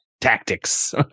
tactics